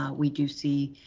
ah we do see